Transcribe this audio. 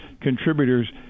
contributors